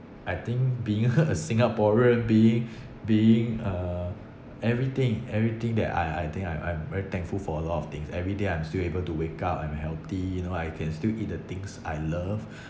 I think being a singaporean being being uh everything everything that I I think I'm I'm very thankful for a lot of things every day I'm still able to wake up I'm healthy you know I can still eat the things I love